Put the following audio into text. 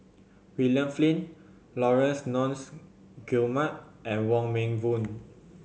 William Flint Laurence Nunns Guillemard and Wong Meng Voon